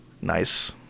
nice